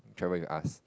travel you ask